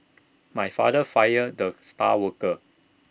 my father fired the star worker